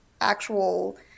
actual